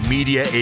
Media